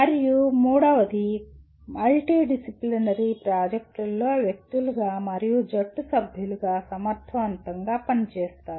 మరియు మూడవది మల్టీడిసిప్లినరీ ప్రాజెక్టులలో వ్యక్తులుగా మరియు జట్టు సభ్యులుగా సమర్థవంతంగా పని చేస్తారు